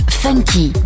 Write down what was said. funky